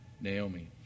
Naomi